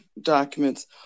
documents